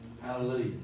Hallelujah